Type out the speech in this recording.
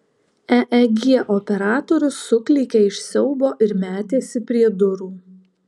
eeg operatorius suklykė iš siaubo ir metėsi prie durų